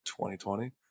2020